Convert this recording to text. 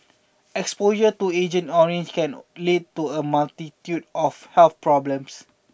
exposure to Agent Orange can lead to a multitude of health problems